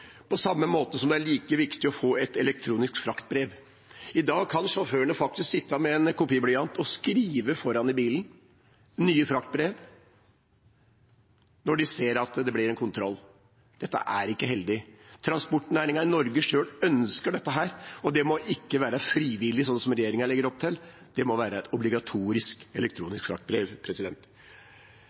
på samme måte som det er viktig å få et elektronisk fraktbrev. I dag kan sjåførene faktisk sitte foran i bilen med en kopiblyant og skrive nye fraktbrev når de ser at det blir kontroll. Dette er ikke heldig. Transportnæringen i Norge ønsker dette selv, og det må ikke være frivillig, sånn som regjeringen legger opp til, det må være et obligatorisk elektronisk fraktbrev.